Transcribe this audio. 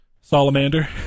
Salamander